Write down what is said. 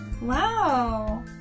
Wow